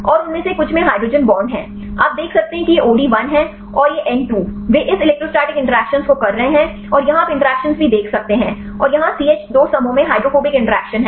और उनमें से कुछ में हाइड्रोजन बांड हैं आप देख सकते हैं कि यह OD 1 है और यह N 2 वे इस इलेक्ट्रोस्टैटिक इंटरैक्शन को कर रहे हैं और यहां आप इंटरैक्शन भी देख सकते हैं और यहां सीएच 2 समूहों में हाइड्रोफोबिक इंटरैक्शन हैं